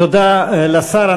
תודה לשר.